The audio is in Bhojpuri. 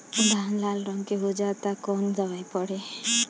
धान लाल रंग के हो जाता कवन दवाई पढ़े?